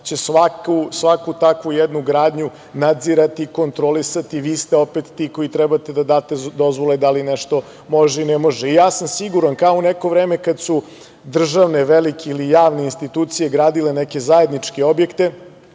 će svaku takvu jednu gradnju nadzirati, kontrolisati, vi ste opet ti koje treba da date dozvole da li nešto može ili ne može. Ja sam siguran, kao u neko vreme kada su državne velike ili javne institucije gradile neke zajedničke objekte